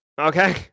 Okay